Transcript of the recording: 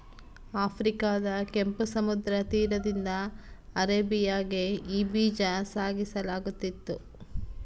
ಆಫ್ರಿಕಾದ ಕೆಂಪು ಸಮುದ್ರ ತೀರದಿಂದ ಅರೇಬಿಯಾಗೆ ಈ ಬೀಜ ಸಾಗಿಸಲಾಗುತ್ತಿತ್ತು